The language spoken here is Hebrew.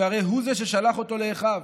שהרי הוא זה ששלח אותו לאחיו.